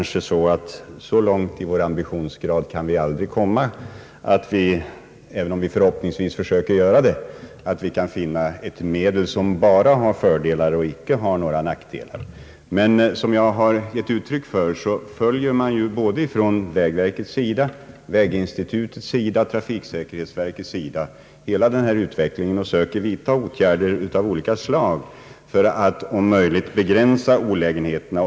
Så långt vågar vi väl inte sträcka våra förhoppningar att vi tror oss om att finna ett medel som enbart har fördelar. Som jag redan sagt, följer såväl vägverket och väginstitutet som trafiksäkerhetsverket hela den här utvecklingen och söker vidta åtgärder av olika slag för att om möjligt begränsa olägenheterna.